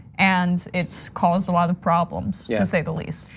and it's caused a lot of problems, yeah to say the least.